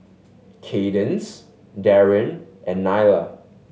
Kaydence Darin and Nylah